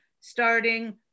starting